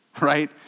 right